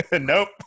Nope